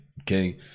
Okay